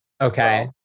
Okay